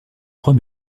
trois